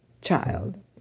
child